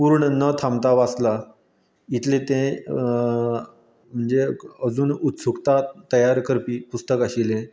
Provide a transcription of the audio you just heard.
पूर्ण न थांबतां वाचलां इतलें तें म्हणजें अजून उत्सुक्ता तयार करपी पुस्तक आशिल्लें